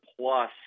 plus